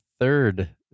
third